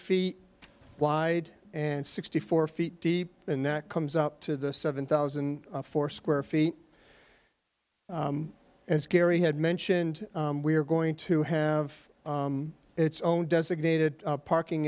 feet wide and sixty four feet deep and that comes up to the seven thousand four square feet as gary had mentioned we are going to have its own designated parking